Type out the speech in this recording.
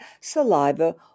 saliva